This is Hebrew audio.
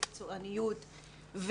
מקצועניות,